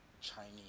Chinese